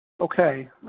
Okay